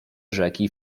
rzeki